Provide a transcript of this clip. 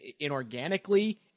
inorganically